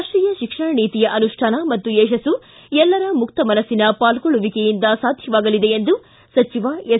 ರಾಷ್ಟೀಯ ಶಿಕ್ಷಣ ನೀತಿಯ ಆನುಷ್ಠಾನ ಮತ್ತು ಯಶಸ್ಸು ಎಲ್ಲರ ಮುಕ್ತಮನಸ್ಸಿನ ಪಾಲ್ಗೊಳ್ಳುವಿಕೆಯಿಂದ ಸಾಧ್ಯವಾಗಲಿದೆ ಎಂದು ಸಚಿವ ಎಸ್